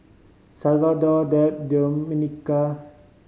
Salvador Deb Domenica